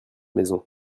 maison